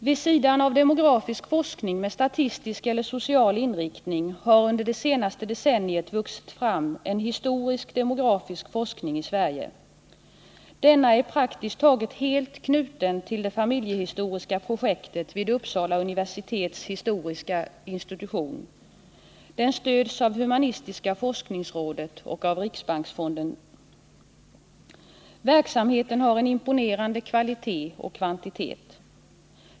Vid sidan av demografisk forskning med statistisk eller social inriktning har under det senaste decenniet en historisk-demografisk forskning vuxit fram i Sverige. Denna är praktiskt taget helt knuten till det familjehistoriska projektet vid Uppsala universitets historiska institution och stöds av humanistiska forskningsrådet och riksbanksfonden. Verksamheten har en imponerande kvalitet och kvantitet.